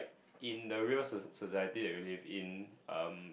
in the real so~ society that we live in um